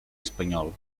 espanyol